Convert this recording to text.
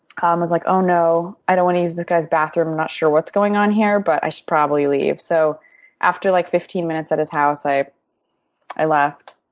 um was like, oh, no, i don't want to use this guy's bathroom. i'm not sure what's going on here but i should probably leave. so after like fifteen minutes at his house i i left.